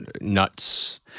nuts